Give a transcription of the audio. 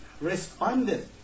responded